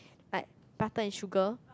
like butter and sugar